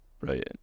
Right